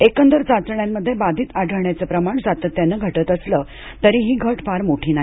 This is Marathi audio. एकंदर चाचण्यांमध्ये बाधित ढळण्याचं प्रमाण सातत्यानं गटतं असलं तरी ही घट फार मोठी नाही